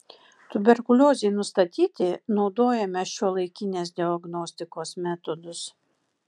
tuberkuliozei nustatyti naudojame šiuolaikinės diagnostikos metodus